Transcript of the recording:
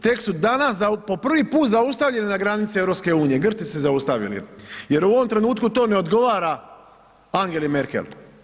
Tek su danas za, po prvi put zaustavljeni na granici EU-e, Grci su zaustavili jer u ovom trenutku to ne odgovara Angeli Merkel.